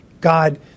God